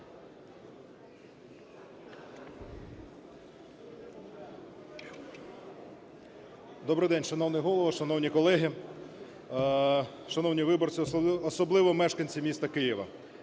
Добрий день, шановний Голово! Шановні колеги! Шановні виборці, особливо мешканці міста Києва!